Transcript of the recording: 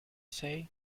say